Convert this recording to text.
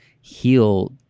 heal